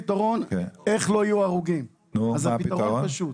פתרון לאיך לא יהיו הרוגים הפתרון פשוט.